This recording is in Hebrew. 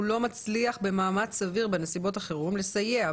הוא לא מצליח במאמץ סביר בנסיבות החירום לסייע,